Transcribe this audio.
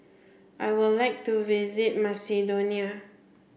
I would like to visit Macedonia